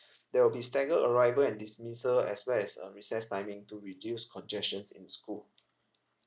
there will be staggered arrival and dismissal as well as a recess timing to reduce congestions in school